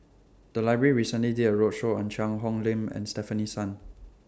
The Library recently did A roadshow on Cheang Hong Lim and Stefanie Sun